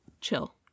chill